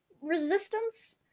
resistance